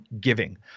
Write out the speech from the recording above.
giving